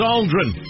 Aldrin